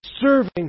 serving